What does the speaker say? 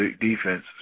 defense